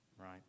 right